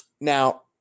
Now